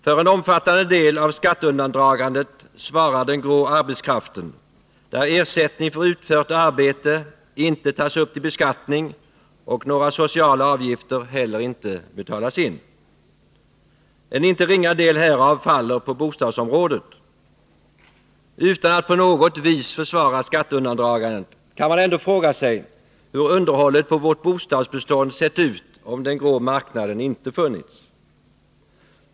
För en omfattande del av skatteundandragandet svarar den grå arbetskraften, där ersättning för utfört arbetet inte tas upp till beskattning och några sociala avgifter inte heller betalas in. En inte ringa del härav faller på bostadsområdet. Utan att på något vis försvara skatteundandragandet kan man ändå fråga sig hur underhållet på vårt bostadsbestånd sett ut om den grå marknaden inte funnits.